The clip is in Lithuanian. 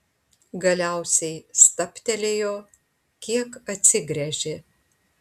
galiausiai stabtelėjo kiek atsigręžė